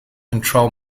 control